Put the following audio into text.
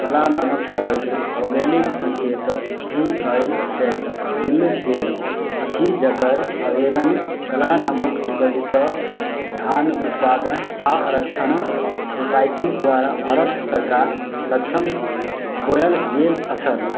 कालानमक चाउरके भौगोलिक सङ्केत जी आइ टैग देल गेल अछि जकर आवेदन काला नमक सुगन्धित धान उत्पादन आरक्षण सोसायटी द्वारा भारत सरकार सक्षम कयल गेल छल